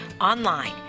online